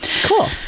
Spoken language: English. cool